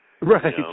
right